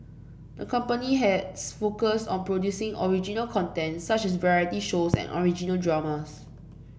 the company has focused on producing original content such as variety shows and original dramas